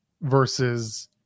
versus